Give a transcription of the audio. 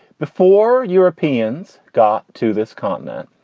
before europeans got to this continent,